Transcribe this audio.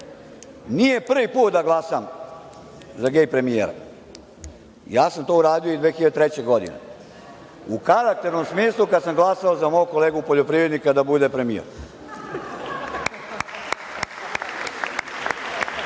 nije prvi put da glasam za gej premijera. To sam uradio i 2003. godine, u karakternom smislu, kada sam glasao za mog kolegu poljoprivrednika da bude premijer. Ovde